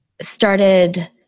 started